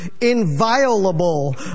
inviolable